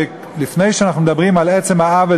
לפני שאנחנו מדברים על עצם העוול